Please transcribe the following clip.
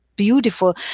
beautiful